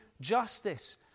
justice